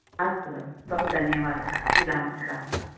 अस्तु भागिनी बहु धन्यवादः मिलामः राम राम